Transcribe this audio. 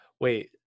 Wait